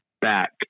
back